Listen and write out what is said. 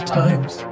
times